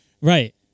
Right